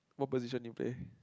what position you play